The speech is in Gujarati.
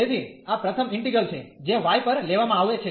તેથી આ પ્રથમ ઈન્ટિગ્રલ છે જે y પર લેવામાં આવે છે